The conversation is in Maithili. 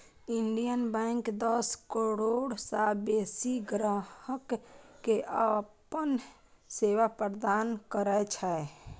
इंडियन बैंक दस करोड़ सं बेसी ग्राहक कें अपन सेवा प्रदान करै छै